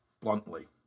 bluntly